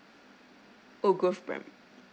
woodgrove primary